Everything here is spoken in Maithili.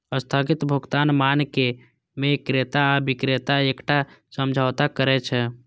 स्थगित भुगतान मानक मे क्रेता आ बिक्रेता एकटा समझौता करै छै